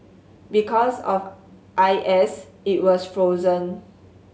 because of I S it was frozen